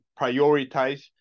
prioritize